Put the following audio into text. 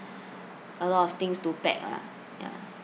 a lot of things to pack lah ya